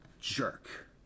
jerk